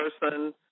person